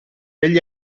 egli